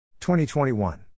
2021